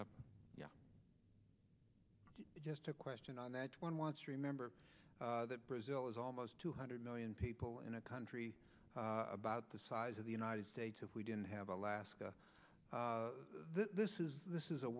up yeah just a question on that one wants remember that brazil is almost two hundred million people in a country about the size of the united states if we didn't have alaska this is this is a